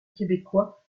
québécois